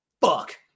fuck